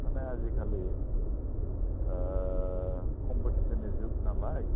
माने आजिखालि खमफिटिसननि जुग नालाय